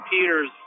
Peter's